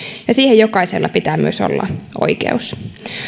ja siihen jokaisella pitää myös olla oikeus